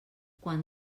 quan